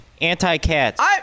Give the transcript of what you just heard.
Anti-cats